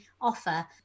offer